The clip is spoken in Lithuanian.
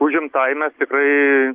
užimtai mes tikrai